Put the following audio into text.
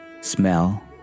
smell